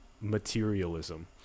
materialism